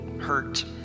hurt